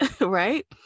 right